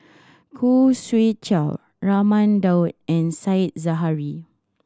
Khoo Swee Chiow Raman Daud and Said Zahari